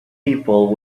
people